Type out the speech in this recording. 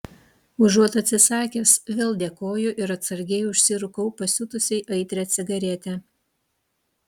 užuot atsisakęs vėl dėkoju ir atsargiai užsirūkau pasiutusiai aitrią cigaretę